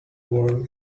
world